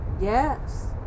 Yes